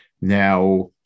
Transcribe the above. Now